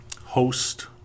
host